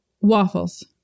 Waffles